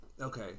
Okay